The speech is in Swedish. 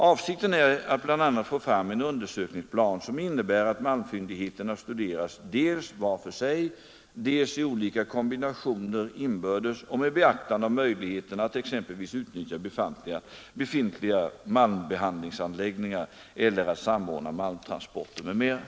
Avsikten är att bl.a. få fram en undersökningsplan som innebär att malmfyndigheterna studeras dels var för sig, dels i olika kombinationer inbördes och med beaktande av